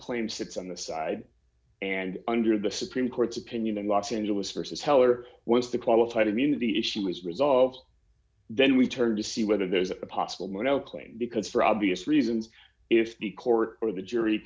claim sits on the side and under the supreme court's opinion in los angeles versus heller once the qualified immunity issue is resolved then we turn to see whether there's a possible mono claim because for obvious reasons if the court or the jury